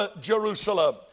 Jerusalem